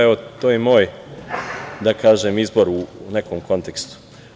Evo, to je i moj izbor u nekom kontekstu.